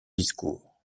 discours